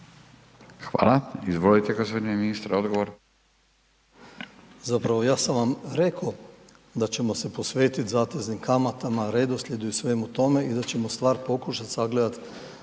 Hvala. Izvolite gospodine ministre odgovor.